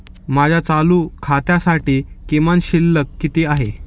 माझ्या चालू खात्यासाठी किमान शिल्लक किती आहे?